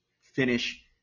finish